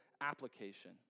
application